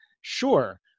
Sure